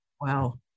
Wow